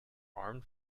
armed